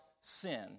sin